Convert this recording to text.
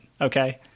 okay